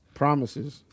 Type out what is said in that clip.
promises